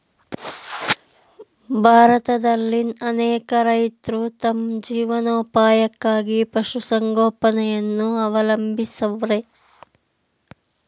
ಭಾರತದಲ್ಲಿನ್ ಅನೇಕ ರೈತ್ರು ತಮ್ ಜೀವನೋಪಾಯಕ್ಕಾಗಿ ಪಶುಸಂಗೋಪನೆಯನ್ನ ಅವಲಂಬಿಸವ್ರೆ